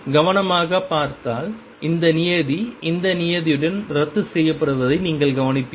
கவனமாகப் பார்த்தால் இந்த நியதி இந்த நியதியுடன் ரத்து செய்யப்படுவதை நீங்கள் கவனிப்பீர்கள்